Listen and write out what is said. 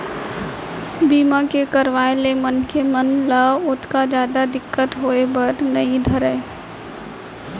बीमा के करवाय ले मनखे मन ल ओतका जादा दिक्कत होय बर नइ धरय